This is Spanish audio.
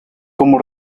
como